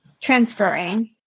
transferring